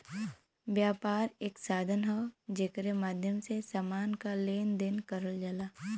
व्यापार एक साधन हौ जेकरे माध्यम से समान क लेन देन करल जाला